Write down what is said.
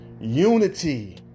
Unity